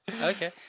Okay